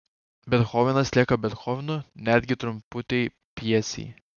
bethovenas lieka bethovenu netgi trumputėj pjesėj